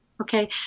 okay